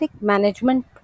management